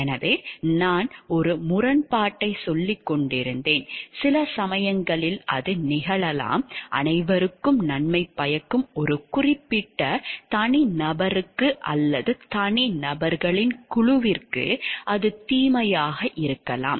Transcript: எனவே நான் ஒரு முரண்பாட்டைச் சொல்லிக் கொண்டிருந்தேன் சில சமயங்களில் அது நிகழலாம் அனைவருக்கும் நன்மை பயக்கும் ஒரு குறிப்பிட்ட தனிநபருக்கு அல்லது தனிநபர்களின் குழுவிற்கு அது தீமையாக இருக்கலாம்